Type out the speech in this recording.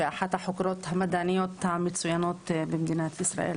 אחת המדעניות המצוינות במדינת ישראל.